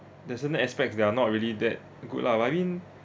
there's certian aspects that are not really that good lah but I mean